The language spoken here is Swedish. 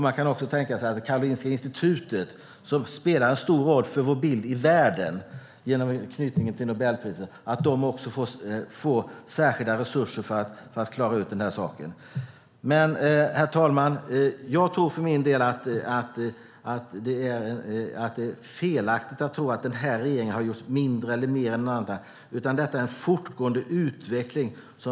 Man kan också tänka sig att Karolinska Institutet, som spelar en stor roll för vår bild i världen genom anknytningen till Nobelpriset, får särskilda resurser för att klara ut den här saken. Men, herr talman, jag tror för min del att det är felaktigt att tro att den här regeringen har gjort mindre eller mer än andra. Detta är en fortgående utveckling.